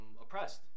oppressed